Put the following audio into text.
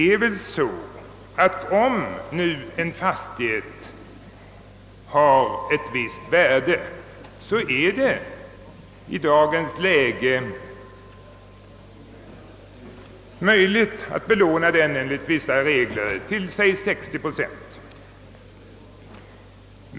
Det är så att det i dagens läge finns vissa regler som gör det möjligt att belåna en fastighet till säg 60 procent av dess värde.